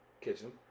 kitchen